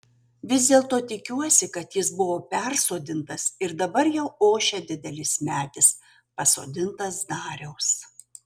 vis dėlto tikiuosi kad jis buvo persodintas ir dabar jau ošia didelis medis pasodintas dariaus